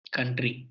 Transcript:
Country